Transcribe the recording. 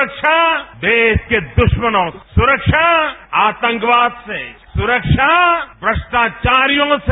सुरक्षा देश के दुरमनों से सुरक्षा आतंकवाद से सुरक्षा भ्रष्टाचारियों से